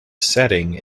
setting